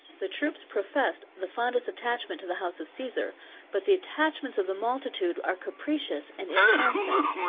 the troops professed the fondest attachment to the house of caesar but the attachments of the multitude are capricious and inconstant.